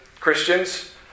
Christians